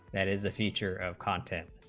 that is a feature of content